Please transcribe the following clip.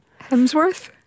Hemsworth